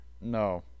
No